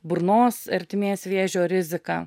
burnos ertmės vėžio riziką